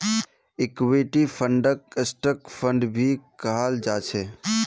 equity फंडक stock fund भी कहाल जा छे